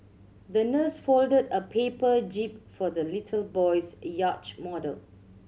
the nurse folded a paper jib for the little boy's model